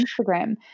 Instagram